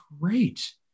great